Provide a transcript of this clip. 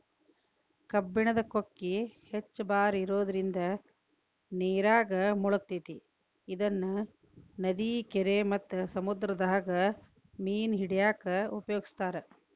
ಕಬ್ಬಣದ ಕೊಕ್ಕಿ ಹೆಚ್ಚ್ ಭಾರ ಇರೋದ್ರಿಂದ ನೇರಾಗ ಮುಳಗತೆತಿ ಇದನ್ನ ನದಿ, ಕೆರಿ ಮತ್ತ ಸಮುದ್ರದಾಗ ಮೇನ ಹಿಡ್ಯಾಕ ಉಪಯೋಗಿಸ್ತಾರ